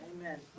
Amen